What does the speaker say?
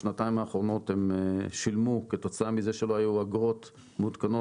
בשנתיים האחרונות הם שילמו כתוצאה מזה שלא היו אגרות מעודכנות